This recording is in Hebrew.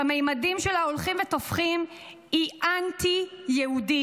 שהממדים שלה הולכים ותופחים, הוא אנטי-יהודי.